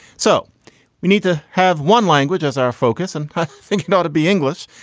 so we need to have one language as our focus and i think not to be english.